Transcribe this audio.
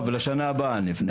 טוב, לשנה הבאה נפנה.